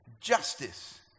justice